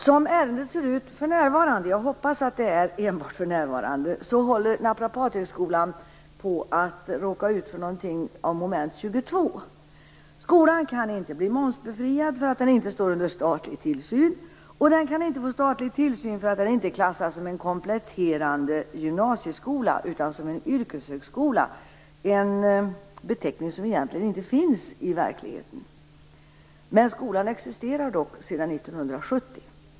Som ärendet ser ut för närvarande, jag hoppas att det enbart är för närvarande, håller Naprapathögskolan på att råka ut för något av moment 22. Skolan kan inte bli momsbefriad för att den inte står under statlig tillsyn, och den kan inte få statlig tillsyn för att den inte är klassad som en kompletterande gymnasieskola utan som en yrkeshögskola. Det är en beteckning som egentligen inte finns i verkligheten, men skolan existerar dock sedan 1970.